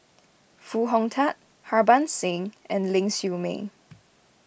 Foo Hong Tatt Harbans Singh and Ling Siew May